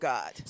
God